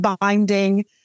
binding